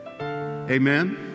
Amen